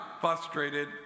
frustrated